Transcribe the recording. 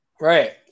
Right